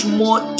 more